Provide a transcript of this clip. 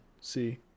see